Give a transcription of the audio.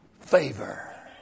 Favor